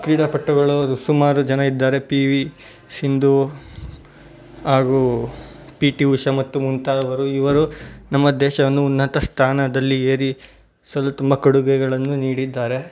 ಕ್ರೀಡಾಪಟುಗಳು ಸುಮಾರು ಜನ ಇದ್ದಾರೆ ಪಿ ವಿ ಸಿಂಧು ಹಾಗೂ ಪಿ ಟಿ ಉಷಾ ಮತ್ತು ಮುಂತಾದವರು ಇವರು ನಮ್ಮ ದೇಶವನ್ನು ಉನ್ನತ ಸ್ಥಾನದಲ್ಲಿ ಏರಿಸಲು ತುಂಬ ಕೊಡುಗೆಗಳನ್ನು ನೀಡಿದ್ದಾರೆ